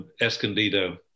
Escondido